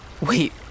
Wait